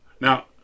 Now